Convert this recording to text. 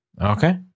Okay